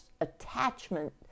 attachment